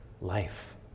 life